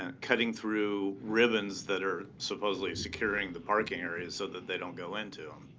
ah cutting through ribbons that are supposedly securing the park areas so that they don't go into